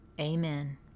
Amen